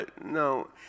No